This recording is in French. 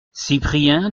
cyprien